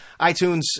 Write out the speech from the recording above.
iTunes